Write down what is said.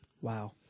Wow